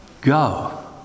go